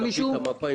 תביא את המפה,